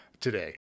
today